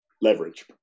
leverage